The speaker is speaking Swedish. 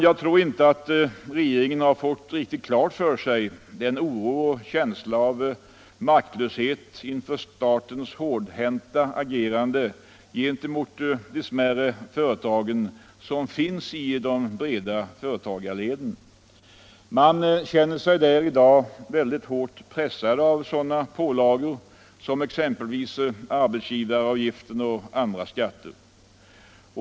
Jag tror inte att regeringen har fått riktigt klar för sig den oro och känsla av maktlöshet inför statens hårdhänta agerande gentemot de smärre företagen som råder i de breda företagarleden. Man känner sig där i dag väldigt hårt pressad av sådana pålagor som arbetsgivaravgiften och andra skatter.